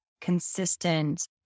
consistent